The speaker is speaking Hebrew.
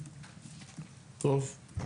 טוב.